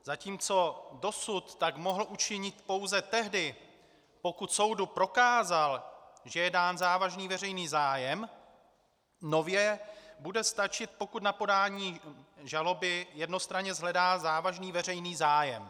Zatímco dosud tak mohl učinit pouze tehdy, pokud soudu prokázal, že je dán závažný veřejný zájem, nově bude stačit, pokud na podání žaloby jednostranně shledá závažný veřejný zájem.